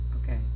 okay